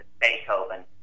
Beethoven